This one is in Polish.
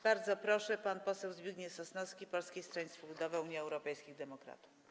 Bardzo proszę, pan poseł Zbigniew Sosnowski, Polskie Stronnictwo Ludowe - Unia Europejskich Demokratów.